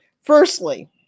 firstly